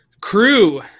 Crew